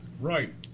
Right